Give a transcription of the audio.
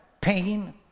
pain